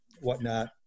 whatnot